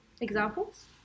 Examples